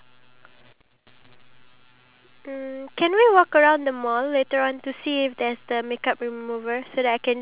you know take a photo from our phone and then like or use your phone for the photo use my phone for the recording